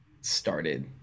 started